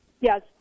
Yes